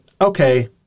Okay